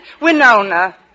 Winona